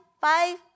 five